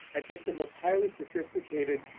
i take the most highly sophisticated,